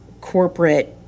corporate